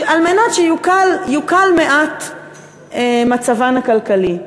כדי שיוקל מעט מצבן הכלכלי,